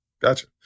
Gotcha